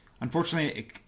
unfortunately